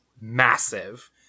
massive